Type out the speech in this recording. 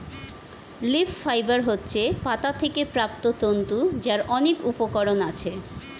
leaf fibre হচ্ছে পাতা থেকে প্রাপ্ত তন্তু যার অনেক উপকরণ আছে